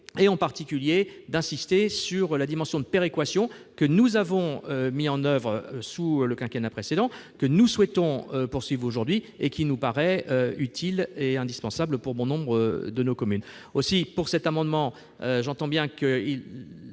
tout en insistant sur la péréquation que nous avons mise en oeuvre sous le quinquennat précédent, que nous souhaitons poursuivre aujourd'hui et qui nous paraît utile et indispensable pour bon nombre de nos communes.